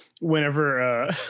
whenever